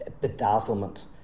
bedazzlement